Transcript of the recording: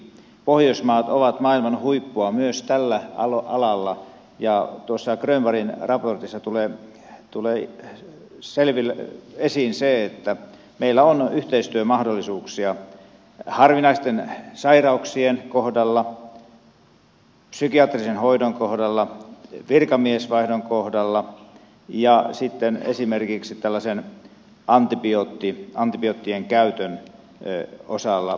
pohjoismaat ovat maailman huippua myös tällä alalla ja tuossa könbergin raportissa tulee esiin se että meillä on yhteistyömahdollisuuksia harvinaisten sairauksien kohdalla psykiatrisen hoidon kohdalla virkamiesvaihdon kohdalla ja sitten esimerkiksi antibioottien käytön osalla